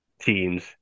teams